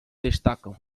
destacam